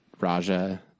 Raja